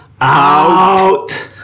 Out